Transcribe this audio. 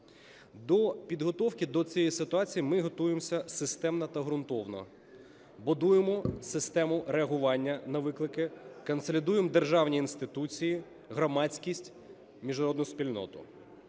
До підготовки до цієї ситуації ми готуємося системно та ґрунтовно, будуємо систему реагування на виклики, консолідуємо державні інституції, громадськість, міжнародну спільноту.